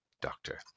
doctor